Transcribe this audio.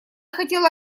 хотела